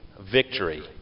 victory